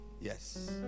yes